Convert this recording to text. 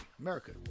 America